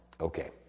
Okay